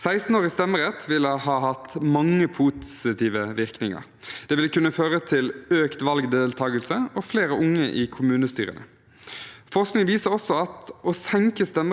Forskning viser også at det å senke stemmerettsalderen bidrar til å gi unge viktig demokratiopplæring, samt at det øker sannsynligheten for at de stemmer ved valg senere i livet.